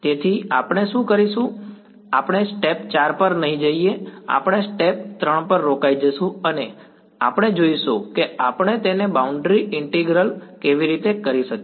તેથી આપણે શું કરીશું આપણે સ્ટેપ 4 પર નહીં જઈએ આપણે સ્ટેપ 3 પર રોકાઈશું અને આપણે જોઈશું કે આપણે તેને બાઉન્ડ્રી ઈન્ટિગ્રલ કેવી રીતે કરી શકીએ